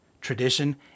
tradition